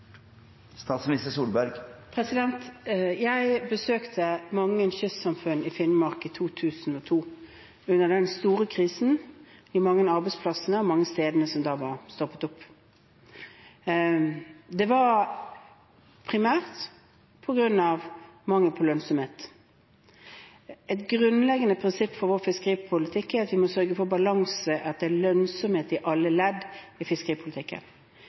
Jeg besøkte mange kystsamfunn i Finnmark i 2002 under den store krisen, besøkte de mange stedene og de mange arbeidsplassene som da var stoppet opp. Det var primært på grunn av mangel på lønnsomhet. Et grunnleggende prinsipp for vår fiskeripolitikk er at vi må sørge for balanse, at det er lønnsomhet i alle ledd i fiskeripolitikken.